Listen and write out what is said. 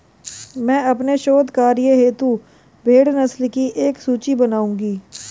मैं अपने शोध कार्य हेतु भेड़ नस्लों की एक सूची बनाऊंगी